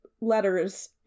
letters